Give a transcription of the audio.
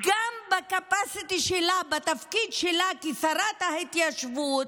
בcapacity- שלה, בתפקיד שלה כשרת ההתיישבות,